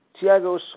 Tiago